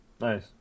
Nice